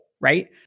right